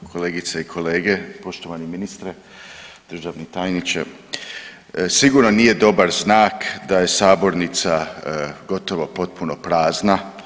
Kolegice i kolege, poštovani ministre, državni tajniče, sigurno nije dobar znak da je sabornica gotovo potpuno prazna.